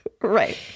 Right